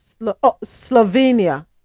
Slovenia